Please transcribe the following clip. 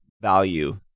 value